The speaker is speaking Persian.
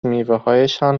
میوههایشان